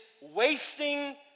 wasting